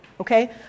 Okay